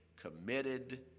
committed